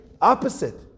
Opposite